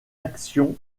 actions